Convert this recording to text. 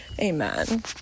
Amen